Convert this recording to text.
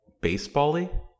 baseball-y